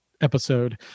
episode